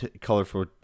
colorful